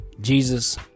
Jesus